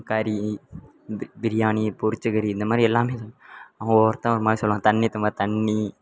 கறி பி பிரியாணி பொரித்த கறி இந்தமாதிரி எல்லாமே இரு அங்கே ஒவ்வொருத்தவன் ஒருமாதிரி சொல்வாங்க தண்ணி எடுத்தமாதிரி தண்ணி